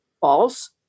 false